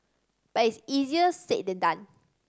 but it is easier said than done